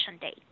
date